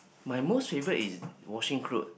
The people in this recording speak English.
my most favourite is washing clothes